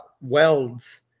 welds